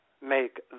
make